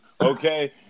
Okay